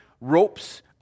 ropes